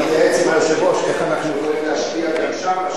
אני אתייעץ עם היושב-ראש איך אנחנו יכולים להשפיע גם שם,